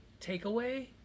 takeaway